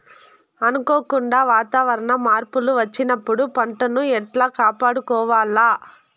అనుకోకుండా వాతావరణ మార్పులు వచ్చినప్పుడు పంటను ఎట్లా కాపాడుకోవాల్ల?